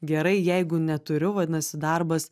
gerai jeigu neturiu vadinasi darbas